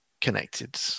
connected